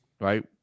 right